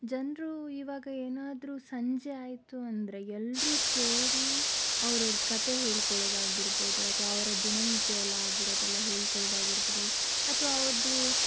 ಜನರು ಇವಾಗ ಏನಾದರೂ ಸಂಜೆ ಆಯಿತು ಅಂದರೆ ಎಲ್ಲರೂ ಸೇರಿ ಅವರವರ ಕಥೆ ಹೇಳ್ಕೊಳ್ಳೋದಾಗಿರ್ಬಹುದು ಅಥವಾ ಅವರ ದಿನನಿತ್ಯದಲ್ಲಾಗಿರೋದೆಲ್ಲ ಹೇಳ್ಕೊಳ್ಳೋದಾಗಿರ್ಬಹುದು ಅಥವಾ ಅವರದ್ದು